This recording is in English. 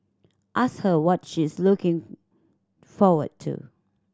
ask her what she is looking forward to